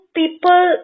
people